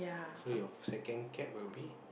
so your second cat will be